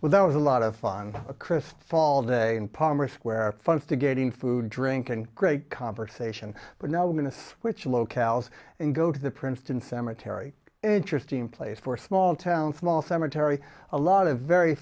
well that was a lot of fun a crisp fall day in palmer square fronts to getting food drink and great conversation but now we're going to switch locales and go to the princeton cemetery interesting place for small town small cemetery a lot of very